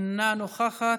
אינה נוכחת,